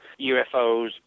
UFOs